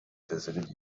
visited